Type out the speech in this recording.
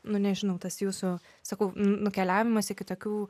nu nežinau tas jūsų sakau nukeliavimas į kitokių